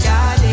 God